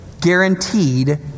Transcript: guaranteed